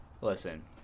Listen